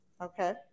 Okay